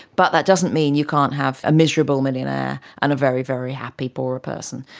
but that doesn't mean you can't have a miserable billionaire and a very, very happy poorer person.